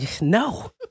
No